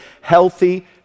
healthy